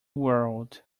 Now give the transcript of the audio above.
world